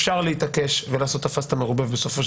אפשר להתעקש ולעשות "תפסת מרובה" ובסופו של